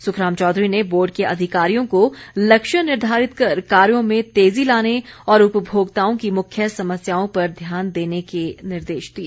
सुखराम चौधरी ने बोर्ड के अधिकारियों को लक्ष्य निर्धारित कर कार्यो में तेजी लाने और उपभोक्ताओं की मुख्य समस्याओं पर ध्यान देने के निर्देश दिए